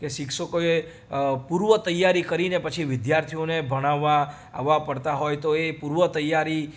કે શિક્ષકોએ પૂર્વતૈયારી કરીને પછી વિદ્યાર્થીઓને ભણાવવા આવવા પડતા હોય તો એ પૂર્વતૈયારી